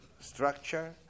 structure